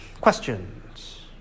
questions